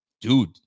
Dude